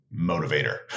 motivator